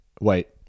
Wait